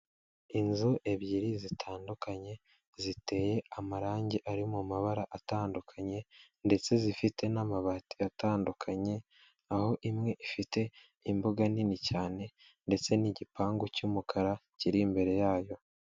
Inzu ebyiri zitandukanye, ziteye amarange ari mu mabara atandukanye ndetse zifite n'amabati atandukanye, aho imwe ifite imbuga nini cyane ndetse n'igipangu cy'umukara kiri imbere yayo.